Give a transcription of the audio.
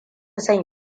son